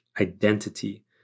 Identity